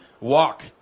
walk